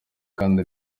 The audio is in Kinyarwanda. kandi